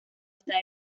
está